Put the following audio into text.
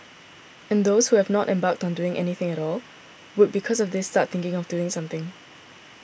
and those who have not embarked on doing anything at all would because of this start thinking of doing something